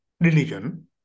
religion